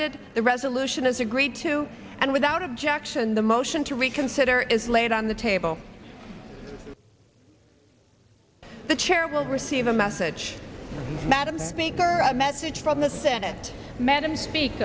the resolution is agreed to and without objection the motion to reconsider is laid on the table the chair will receive a message madam speaker a message from the senate madam speak